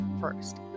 first